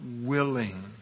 willing